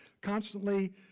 Constantly